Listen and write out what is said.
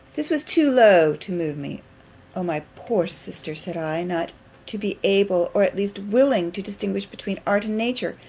this was too low to move me o my poor sister! said i not to be able, or at least willing, to distinguish between art and nature!